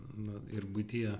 na ir buityje